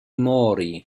mori